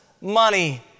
money